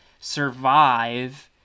survive